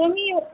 तुम्ही